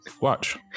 Watch